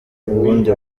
ubundi